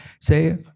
say